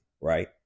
right